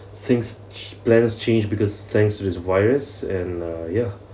things ch~ plans change because thanks to this virus and uh ya